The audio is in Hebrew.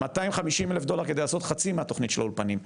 250 אלף דולר כדי לעשות חצי מהתוכנית של האולפנים.